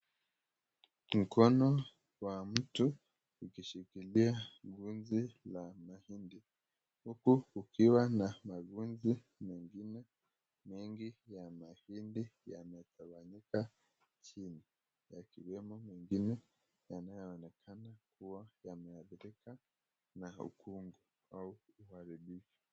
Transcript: Mkono wa mtu ukishikilia gunzi la mahindi huku ukiwa na mavunje mengine nyingi ya mahindi yametawanyika jini yakiwemo mengine yanayoonekana kuwa yameathirika na ukungu au uharibifu.